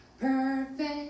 perfect